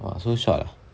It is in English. !wah! so short ah